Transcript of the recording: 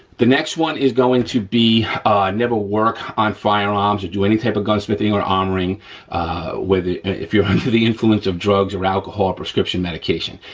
the next one is going to be never work on firearms or do any type of gunsmithing or armoring if you're under the influence of drugs, or alcohol, or prescription medication,